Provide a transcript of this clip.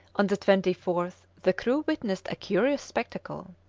on the twenty fourth the crew witnessed a curious spectacle